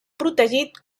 protegit